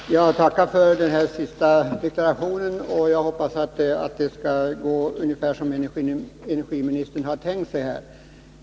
Herr talman! Jag tackar för den senaste deklarationen, och jag hoppas att det skall gå ungefär som energiministern har tänkt sig.